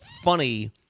funny